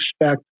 expect